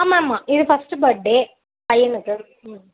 ஆமாம் ஆமாம் இது ஃபர்ஸ்ட்டு பர்த்டே பையனுக்கு ம்